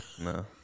no